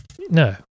No